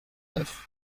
neuf